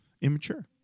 immature